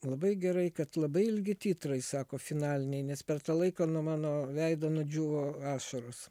labai gerai kad labai ilgi titrai sako finaliniai nes per tą laiką nuo mano veido nudžiūvo ašaros